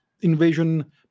invasion